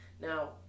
now